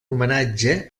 homenatge